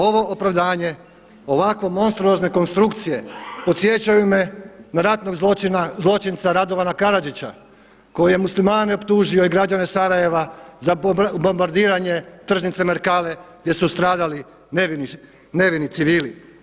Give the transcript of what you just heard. Ovo opravdanje ovakve monstruozne konstrukcije podsjećaju me na ratnog zločinca Radovana Karadžića koji je Muslimane optužio i građane Sarajeva za bombardiranje tržnice Merkale gdje su stradali nevini civili.